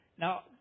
Now